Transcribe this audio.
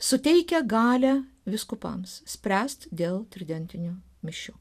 suteikia galią vyskupams spręsti dėl tridentinių mišių